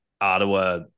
Ottawa